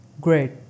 Great